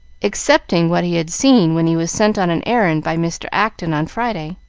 excepting what he had seen when he was sent on an errand by mr. acton on friday.